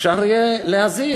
אפשר יהיה להזיז.